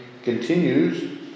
continues